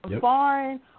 foreign